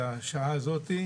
לשעה הזאת,